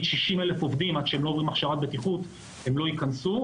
שעד ש-60,000 עובדים לא עוברים הכשרת בטיחות הם לא ייכנסו.